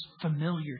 familiar